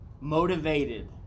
Motivated